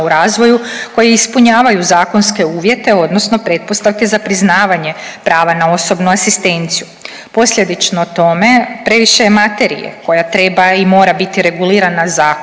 u razvoju koji ispunjavaju zakonske uvjete odnosno pretpostavke za priznavanje prava na osobnu asistenciju. Posljedično tome previše je materije koja treba i mora biti regulirana zakonom